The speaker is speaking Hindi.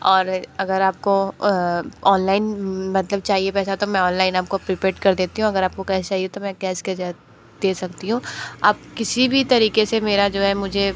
और अगर आप को ऑनलाइन मतलब चाहिए पैसा तो मैं ऑनलाइन आप को प्रीपेड कर देती हूँ अगर आप को कैश चाहिए तो मैं कैस दे सकती हूँ आप किसी भी तरीक़े से मेरा जो है मुझे